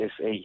SA